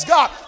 God